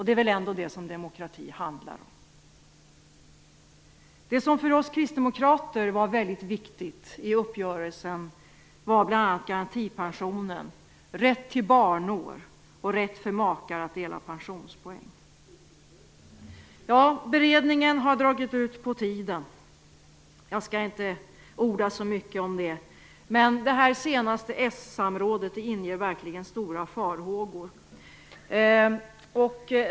Det är väl ändå det som demokrati handlar om. Det som för oss kristdemokrater var väldigt viktigt i uppgörelsen var bl.a. garantipensionen, rätten till barnår och rätten för makar att dela pensionspoäng. Beredningen har dragit ut på tiden. Jag skall inte orda så mycket om det, men det senaste s-samrådet inger verkligen stora farhågor.